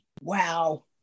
Wow